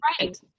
right